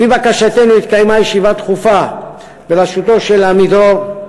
לפי בקשתנו התקיימה ישיבה דחופה בראשותו של עמידרור,